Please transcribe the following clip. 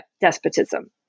despotism